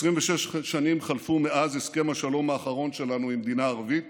26 שנים חלפו מאז הסכם השלום האחרון שלנו עם מדינה ערבית